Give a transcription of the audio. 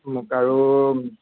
মোক আৰু